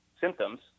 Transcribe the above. symptoms